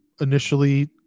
initially